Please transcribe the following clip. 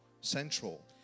central